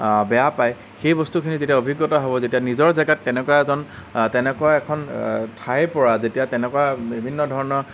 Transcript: বেয়া পায় সেই বস্তুখিনি যেতিয়া অভিজ্ঞতা হ'ব যেতিয়া নিজৰ জেগাত তেনেকুৱা এজন তেনেকুৱা এখন ঠাইৰপৰা যেতিয়া তেনেকুৱা বিভিন্ন ধৰণৰ